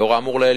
לאור האמור לעיל,